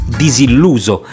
disilluso